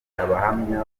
abahamya